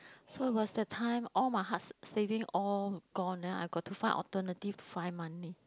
so it was that time all my hard s~ savings all gone then I got to find alternative find money